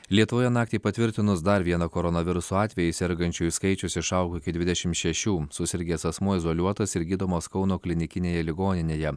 lietuvoje naktį patvirtinus dar vieną koronaviruso atvejį sergančiųjų skaičius išaugo iki dvidešim šešių susirgęs asmuo izoliuotas ir gydomas kauno klinikinėje ligoninėje